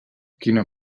quina